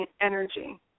energy